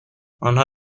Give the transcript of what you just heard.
آنها